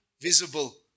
visible